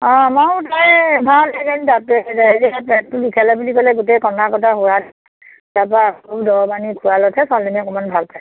অঁ মইও তাই ভাল পেটটো বিষালে বুলি ক'লে গোটেই কন্দা কটা হোৱা তাৰপা আৰু দৰব আনি খোৱালতহে ছোৱালীজনীয়ে অকণমান ভাল পাইছে